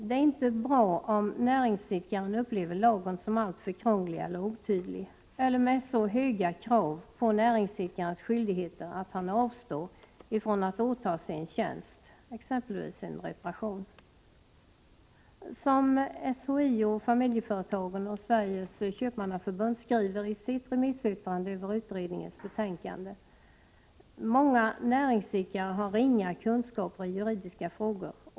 Det är inte bra om näringsidkaren upplever lagen som alltför krånglig eller otydlig eller med så höga krav på näringsidkarens skyldigheter att han avstår från att åta sig en tjänst, exempelvis en reparation. SHIO-familjeföretagen och Sveriges köpmannaförbund skriver i sitt remissyttrande över utredningens betänkande: Många näringsidkare har ringa kunskaper i juridiska frågor.